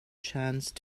chance